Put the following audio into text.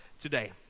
today